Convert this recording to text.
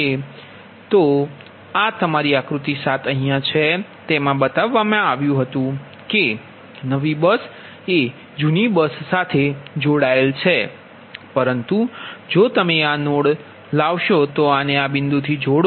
મારો મતલબ કે આ તમારી આક્રુતિ 7 છે તેમા બતાવવામાં આવ્યું હતું કે નવી બસ એ જૂની બસ સાથે જોડાયેલ છે પરંતુ જો તમે આ નોડ લાવશો તો આને આ બિંદુથી જ જોડો